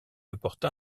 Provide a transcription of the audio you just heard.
apporta